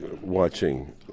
watching